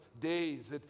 days